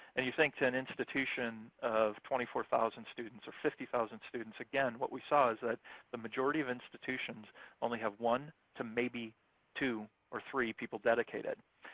and you think an institution of twenty four thousand students or fifty thousand students, again, what we saw is that the majority of institutions only have one to maybe two or three people dedicated.